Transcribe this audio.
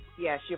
Yes